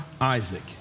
Isaac